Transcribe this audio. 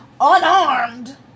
unarmed